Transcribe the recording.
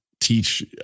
teach